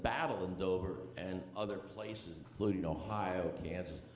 battle in dover and other places, including ohio, kansas,